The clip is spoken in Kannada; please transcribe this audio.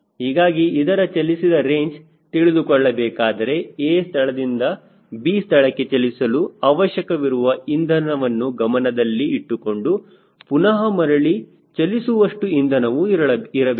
ಹೀಗಾಗಿ ಇದರ ಚಲಿಸಿದ ರೇಂಜ್ ತಿಳಿದುಕೊಳ್ಳಬೇಕಾದರೆ A ಸ್ಥಳದಿಂದ B ಸ್ಥಳಕ್ಕೆ ಚಲಿಸಲು ಅವಶ್ಯಕವಿರುವ ಇಂಧನವನ್ನು ಗಮನದಲ್ಲಿ ಇಟ್ಟುಕೊಂಡು ಪುನಹ ಮರಳಿ ಚಲಿಸುವಷ್ಟು ಇಂಧನವು ಇರಬೇಕು